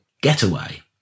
Getaway